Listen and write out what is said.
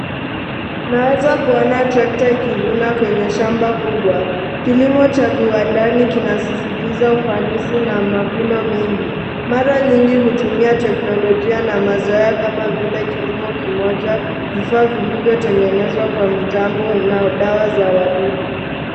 Naweza kuona trekta ikivuna kwenye shamba kubwa. Kilimo cha viwandani kinasisitiza ufanisi na mavuno mengi. Mara nyingi hutumia teknolojia na mazoea kama vile kilimo kimoja, vifaa vilivyotengenzwa kwa mitambo na dawa za wadudu.